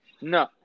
no